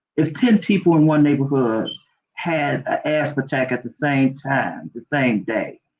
if ten people in one neighborhood had ah asthma attack at the same time, the same day,